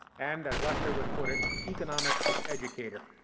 and, as lester would put it, economics educator.